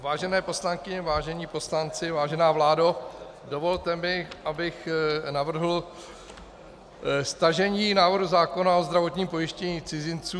Vážené poslankyně, vážení poslanci, vážená vládo, dovolte mi, abych navrhl stažení návrhu zákona o zdravotním pojištění cizinců.